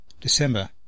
December